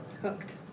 hooked